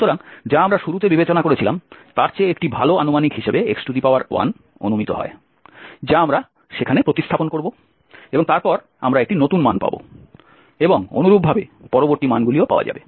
সুতরাং যা আমরা শুরুতে বিবেচনা করে ছিলাম তার চেয়ে একটি ভাল আনুমানিক হিসাবে x1 অনুমিত হয় যা আমরা সেখানে প্রতিস্থাপন করব এবং তারপর আমরা একটি নতুন মান পাব এবং অনুরূপভাবে পরবর্তী মান গুলি পাওয়া যাবে